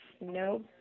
no